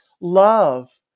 love